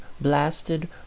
blasted